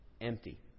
Empty